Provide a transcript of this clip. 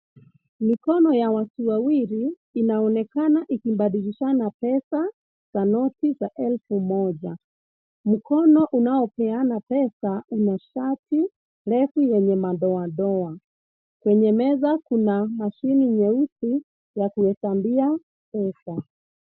Mikono ya watu wawili inaonekana ikibadilishana pesa za noti za elfu moja . Mkono unaopeana pesa una shati refu yenye madoadoa . Kwenye meza kuna mashini nyeusi ya kuhesabia pesa